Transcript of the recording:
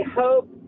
hope